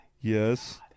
Yes